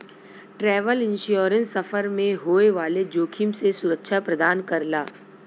travel insurance सफर में होए वाले जोखिम से सुरक्षा प्रदान करला